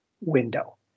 window